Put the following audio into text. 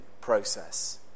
process